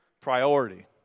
priority